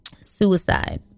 suicide